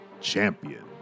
Champion